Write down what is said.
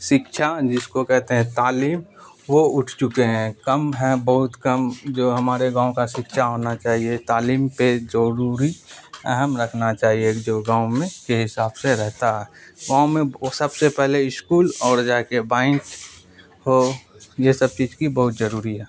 سکچھا جس کو کہتے ہیں تعلیم وہ اٹھ چکے ہیں کم ہیں بہت کم جو ہمارے گاؤں کا سکچھا ہونا چاہیے تعلیم پہ ضروری اہم رکھنا چاہیے جو گاؤں میں کے حساب سے رہتا ہے گاؤں میں وہ سب سے پہلے اسکول اور جا کے بائنک ہو یہ سب چیز کی بہت ضروری ہے